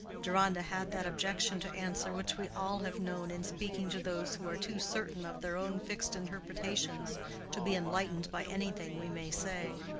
deronda had that objection to answer which we all have known in speaking to those who are too certain of their own fixed interpretations to be enlightened by anything we may say.